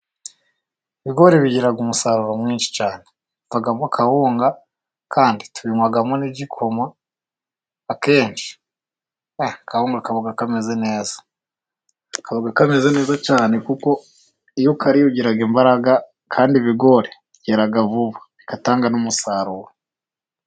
Ibigori bigira umusaruro mwinshi cyane, bivamo Kawunga, kandi tubinywamo n'igikoma, akenshi e akawunga kaba kameze, kaba kameze neza cyane, kuko iyo ukariye ugira imbaraga, kandi ibigori byera vuba, bigatanga n'umusaruro.